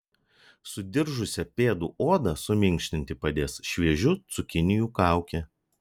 sudiržusią pėdų odą suminkštinti padės šviežių cukinijų kaukė